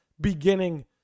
beginning